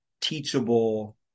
teachable